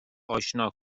آشنا